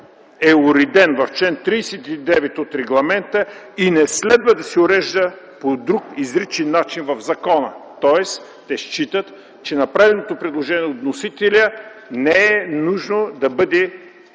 е уреден в чл. 39 от регламента и не следва да се урежда по друг изричен начин в закона. Тоест те считат, че направеното предложение от вносителя не е нужно да бъде